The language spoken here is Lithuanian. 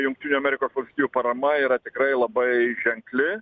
jungtinių amerikos valstijų parama yra tikrai labai ženkli